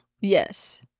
Yes